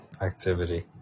activity